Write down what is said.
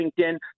LinkedIn